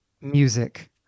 music